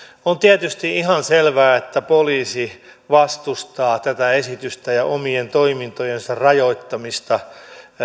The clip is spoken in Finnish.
on tietysti ihan selvää että poliisi vastustaa tätä esitystä ja omien toimintojensa rajoittamista